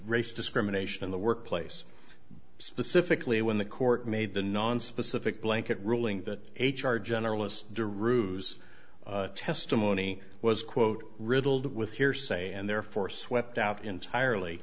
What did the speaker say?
racial discrimination in the workplace specifically when the court made the nonspecific blanket ruling that h r generalists derives testimony was quote riddled with hearsay and therefore swept out entirely